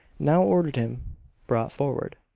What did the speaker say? now ordered him brought forward.